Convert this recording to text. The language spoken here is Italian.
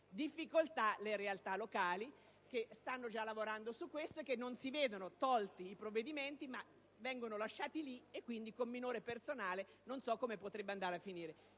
difficoltà le realtà locali che stanno già lavorando a tal fine. Queste ultime non si vedono tolti i provvedimenti: vengono lasciati lì. Quindi, con minore personale, non so come potrebbe andare a finire.